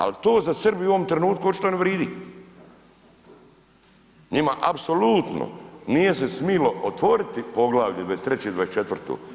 Ali to za Srbiju u ovom trenutku očito ne vridi, njima apsolutno nije se smilo otvoriti Poglavlje 23. i 24.